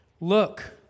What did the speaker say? Look